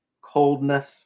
coldness